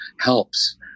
helps